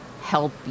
help